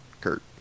Kurt